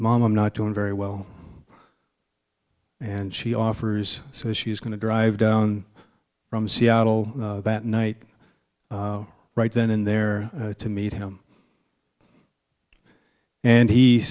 mom i'm not doing very well and she offers so she's going to drive down from seattle that night right then and there to meet him and he